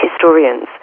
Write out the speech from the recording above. historians